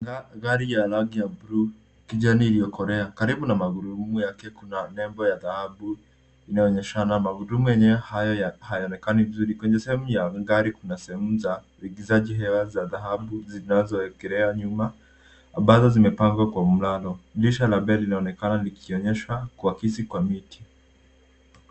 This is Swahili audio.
Gari ya rangi ya buluu kijani iliyokolea. Karibu na magurudumu yake kuna nembo ya dhahabu inayoonyeshana magurudumu yenyewe haya hayaonekani vizuri. Kwenye sehemu ya gari kuna sehemu za uingizaji hewa za dhahabu zinazoekelea nyuma ambazo zimepangwa kwa mlango. Dirisha ya mbele linaonekana likionyesha kuakisi kwa miti.